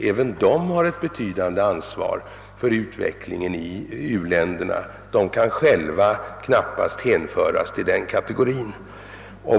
Även de har ett betydande ansvar för utvecklingen i u-länderna, och de kan själva knappast hänföras till denna kategori.